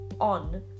on